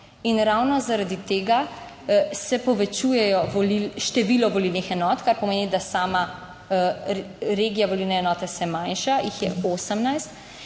in ravno zaradi tega se povečujejo število volilnih enot, kar pomeni, da sama regija volilne enote se manjša, jih je 18,